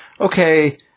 okay